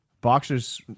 Boxers